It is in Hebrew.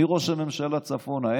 מראש הממשלה צפונה.